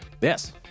Yes